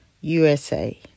USA